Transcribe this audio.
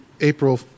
April